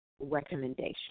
recommendation